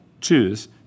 choose